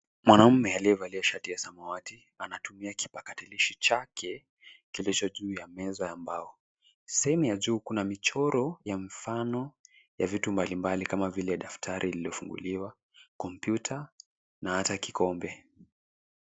Mwanaume aliyevalia shati ya samawati anatumia kipakatalishi chake, kilicho juu ya meza ya mbao. Sehemu ya juu kuna michoro ya mifano ya vitu mbalimbali kama vile daftari lililofunguliwa, kompyuta na hata kikombe.